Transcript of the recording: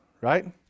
right